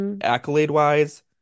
accolade-wise